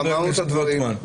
אמרנו את הדברים.